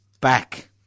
back